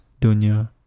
dunya